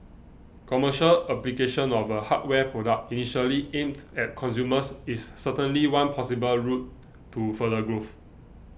commercial application of a hardware product initially aimed at consumers is certainly one possible route to further growth